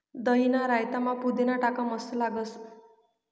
दहीना रायतामा पुदीना टाका मस्त लागस